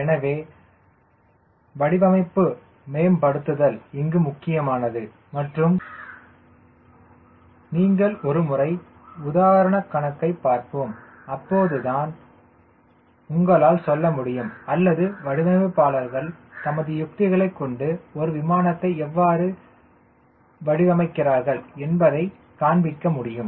எனவே வடிவமைப்பு மேம்படுத்துதல் இங்கு முக்கியமானது மற்றும் நீங்கள் ஒரு முறை உதாரணம் கணக்கைப் பார்ப்போம் பின்னர் தான் உங்களால் சொல்ல முடியும் அல்லது வடிவமைப்பாளர்கள் தமது யுக்திகளைக் கொண்டு ஒரு விமானத்தை எவ்வாறு வடிவமைக்கிறார்கள் என்பதை காண்பிக்க முடியும்